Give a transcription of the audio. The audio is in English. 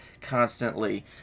constantly